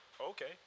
okay